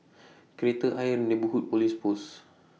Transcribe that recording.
Kreta Ayer Neighbourhood Police Post